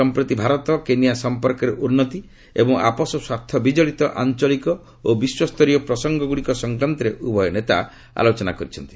ସମ୍ପ୍ରତି ଭାରତ କେନିଆ ସମ୍ପର୍କର ଉନ୍ନତି ଏବଂ ଆପୋଷ ସ୍ୱାର୍ଥ ବିଜଡ଼ିତ ଆଞ୍ଚଳିକ ଓ ବିଶ୍ୱସ୍ତରୀୟ ପ୍ରସଙ୍ଗ ସଂକ୍ରାନ୍ତରେ ଉଭୟ ନେତା ଆଲୋଚନା କରିଛନ୍ତି